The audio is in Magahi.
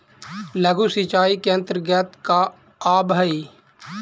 लघु सिंचाई के अंतर्गत का आव हइ?